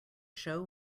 show